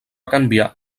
canviar